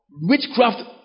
witchcraft